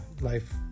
life